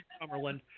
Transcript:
Cumberland